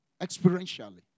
Experientially